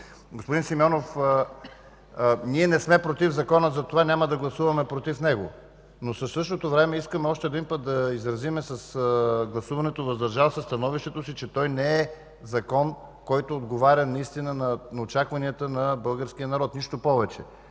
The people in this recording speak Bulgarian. Господин Симеонов, ние не сме против Закона, затова няма да гласуваме против него. Но в същото време искаме още един път да изразим с гласуването „въздържал се” становището си, че той не е закон, който отговаря наистина на очакванията на българския народ. Нищо повече!